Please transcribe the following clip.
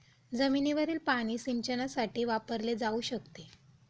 जमिनीवरील पाणी सिंचनासाठी वापरले जाऊ शकते